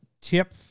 tip